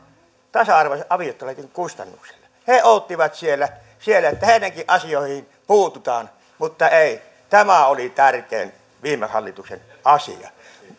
tasa arvoisen avioliittolain kustannuksella he he odottivat siellä siellä että heidänkin asioihinsa puututaan mutta ei tämä oli tärkein viime hallituksen asia